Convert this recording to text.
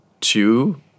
two